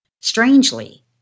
Strangely